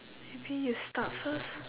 maybe you start first